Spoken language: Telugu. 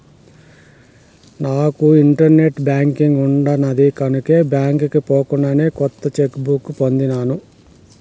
నాకు ఇంటర్నెట్ బాంకింగ్ ఉండిన్నాది కనుకే బాంకీకి పోకుండానే కొత్త చెక్ బుక్ పొందినాను